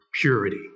Purity